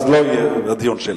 אז לא יהיה הדיון שלה.